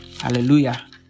Hallelujah